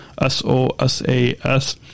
S-O-S-A-S